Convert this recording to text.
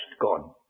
gone